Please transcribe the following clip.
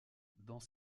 dans